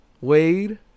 Wade